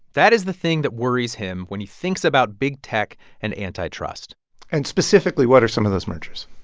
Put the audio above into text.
that is the thing that worries him when he thinks about big tech and antitrust and specifically, what are some of those mergers?